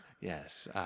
Yes